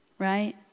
right